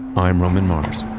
i'm roman mars